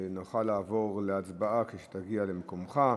נוכל לעבור להצבעה כשתגיע למקומך.